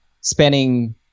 spending